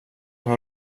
har